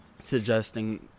suggesting